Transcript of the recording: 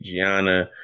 Gianna